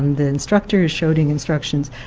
the instructor is shouting instructions.